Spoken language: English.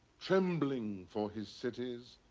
trembling for his cities,